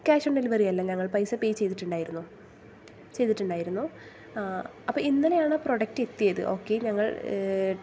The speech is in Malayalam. ക്യാഷ് ഓൺ ഡെലിവറിയല്ല ഞങ്ങൾ പൈസ പേ ചെയ്തിട്ടുണ്ടായിരുന്നു ചെയ്തിട്ടുണ്ടായിരുന്നു അപ്പോൾ ഇന്നലെയാണ് പ്രോഡക്റ്റ് എത്തിയത് ഓക്കേ ഞങ്ങൾ